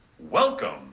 Welcome